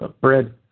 bread